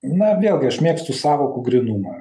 na vėlgi aš mėgstu sąvokų grynumą